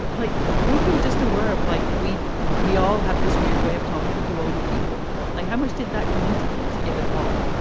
like were you just aware of like we we all have this weird way of talking to older people. like, how much did that come into things, if at all?